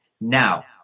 now